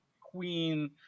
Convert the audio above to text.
Queen